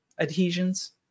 adhesions